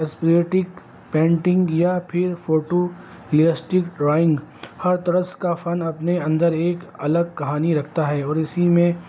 اسپریٹک painting یا پھر photo realistic drawing ہر طرز کا فن اپنے اندر ایک الگ کہانی رکھتا ہے اور اسی میں